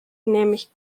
nämlich